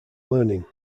learning